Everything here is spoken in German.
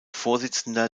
vorsitzender